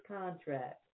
contract